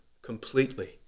completely